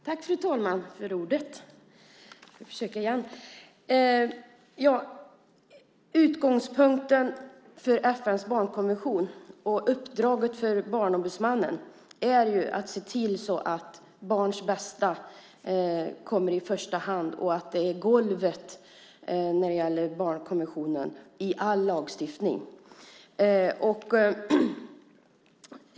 Fru talman! Jag gör ett försök igen. Utgångspunkten för FN:s barnkonvention och uppdraget för Barnombudsmannen är att se till att barns bästa kommer i första hand och att golvet i all lagstiftning är barnkonventionen.